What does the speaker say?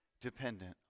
dependent